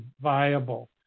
viable